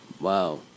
Wow